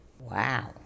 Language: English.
Wow